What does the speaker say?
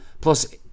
Plus